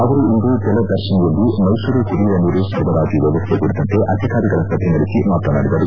ಅವರು ಇಂದು ಜಲದರ್ತಿನಿಯಲ್ಲಿ ಮೈಸೂರು ಕುಡಿಯುವ ನೀರು ಸರಬರಾಜು ವ್ಲವಸ್ಥೆ ಕುರಿತಂತೆ ಅಧಿಕಾರಿಗಳ ಸಭೆ ನಡೆಸಿ ಮಾತನಾಡಿದರು